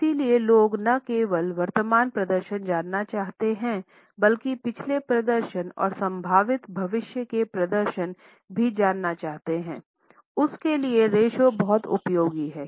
इसलिए लोग न केवल वर्तमान प्रदर्शन जानना चाहते हैंबल्कि पिछले प्रदर्शन और संभावित भविष्य के प्रदर्शन भी जानना चाहते हैं और उस के लिए रेश्यो बहुत उपयोगी है